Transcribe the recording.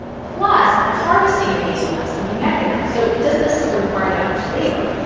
plus, the harvesting of hazelnuts can be mechanized, so it doesn't necessarily require that much labor.